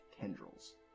tendrils